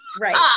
right